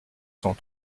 cent